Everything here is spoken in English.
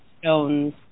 stones